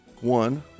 one